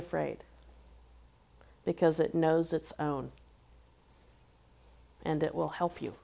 afraid because it knows it's own and it will help you